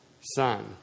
son